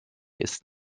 ist